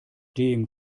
dem